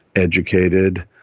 educated,